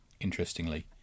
interestingly